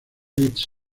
greatest